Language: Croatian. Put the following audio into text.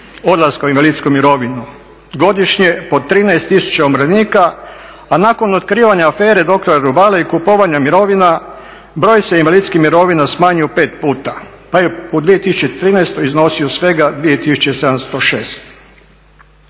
odlaska u invalidsku mirovinu. Godišnje po 13 tisuća umirovljenika a nakon otkrivanja afere doktora Rubale i kupovanja mirovina broj se invalidskih mirovina smanjio 5 puta pa je u 2013. iznosio svega 2706.